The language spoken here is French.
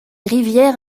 rivière